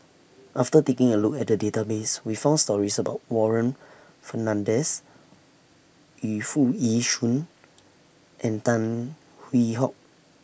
after taking A Look At The Database We found stories about Warren Fernandez Yu Foo Yee Shoon and Tan Hwee Hock